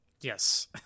Yes